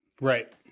Right